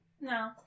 No